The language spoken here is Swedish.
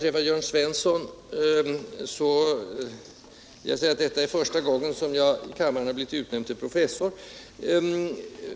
Till Jörn Svensson vill jag säga att detta är första gången som jag i kammaren har blivit utnämnd till professor, och